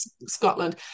Scotland